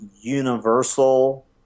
universal